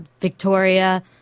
Victoria